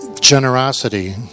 generosity